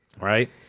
Right